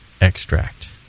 extract